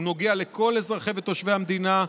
נוגע לכל אזרחי ותושבי המדינה.